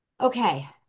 Okay